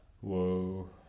Whoa